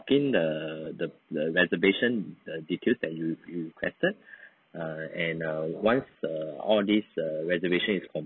in the the the reservation the details that you you requested err and err once err all this err reservations is con~